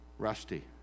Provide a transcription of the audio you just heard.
rusty